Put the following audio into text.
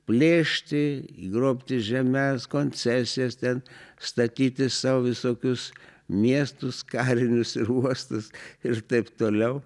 plėšti grobti žemes koncesijas ten statytis sau visokius miestus karinius ir uostus ir taip toliau